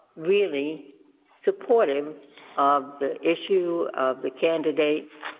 really supportive the issue of the candidate,